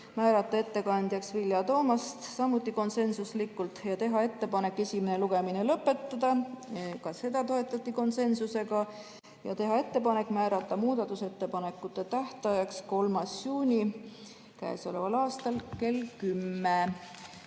määrata ettekandjaks Vilja Toomast (samuti konsensuslikult), teha ettepanek esimene lugemine lõpetada (ka seda toetati konsensusega) ja teha ettepanek määrata muudatusettepanekute tähtajaks 3. juuni k.a kell 10